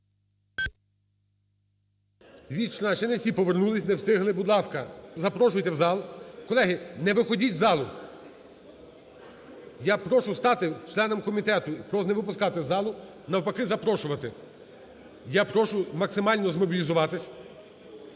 214. Ще не всі повернулись, не встигли, будь ласка, запрошуйте в зал. Колеги, не виходіть з залу, я прошу стати членам комітету просто не випускати з залу, навпаки, запрошувати. Я прошу максимально змобілізуватись,